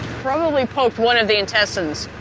probably poked one of the intestines,